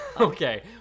Okay